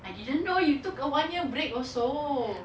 I didn't know you took a one year break also